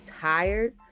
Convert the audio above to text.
tired